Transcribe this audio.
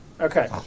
Okay